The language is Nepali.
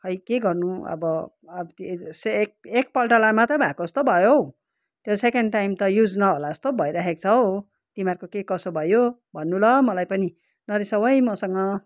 खै के गर्नु अब एकपल्टलाई मात्रै भएको जस्तो भयो हौ त्यो सेकेन्ड टाइम त युज नहोला जस्तो पो भइराखेको छ हौ तिमीहरूको के कसो भयो भन्नु ल मलाई पनि नरिसाउ है मसँग